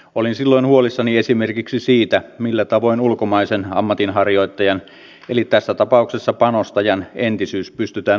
olin silloin huolissani esimerkiksi siitä millä tavoin ulkomaisen ammatinharjoittajan eli tässä tapauksessa panostajan entisyys pystytään varmistamaan